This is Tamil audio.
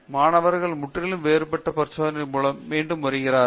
மாணவர்கள் முற்றிலும் வேறுபட்ட பரிசோதனைகள் மூலம் மீண்டும் வருகிறார்கள்